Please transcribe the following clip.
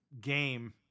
game